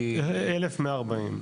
כ-1,140.